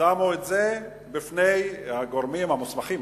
שמו את זה בפני הגורמים המוסמכים,